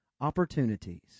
Opportunities